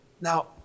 Now